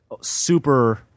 super